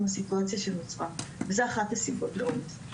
הסיטואציה שנוצרה וזה אחת הסיבות לעומס.